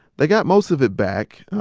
they got most of it back.